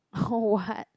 [ho] what